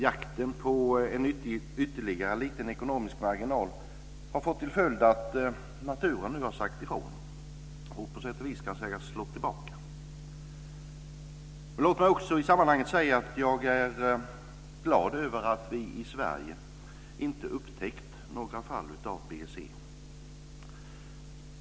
Jakten på ytterligare en liten ekonomisk marginal har fått till följd att naturen nu har sagt ifrån och på sätt och vis kan sägas slå tillbaka. Låt mig också i sammanhanget säga att jag är glad över att vi i Sverige inte upptäckt några fall av BSE.